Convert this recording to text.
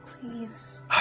Please